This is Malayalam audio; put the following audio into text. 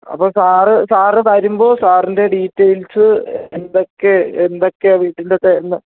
അപ്പോൾ സാറ് സാറ് വരുമ്പോൾ സാറിൻറ്റെ ഡീറ്റെയിൽസ് എന്തൊക്കെ എന്തൊക്കെയാണ് വീട്ടിന്റെ അകത്ത് എന്ന്